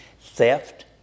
theft